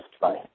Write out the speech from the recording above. Bye